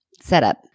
setup